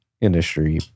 industry